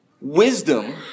Wisdom